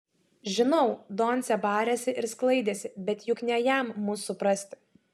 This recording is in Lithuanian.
žinau doncė barėsi ir sklaidėsi bet juk ne jam mus suprasti